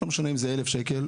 ולא משנה אם זה 1,000 שקל,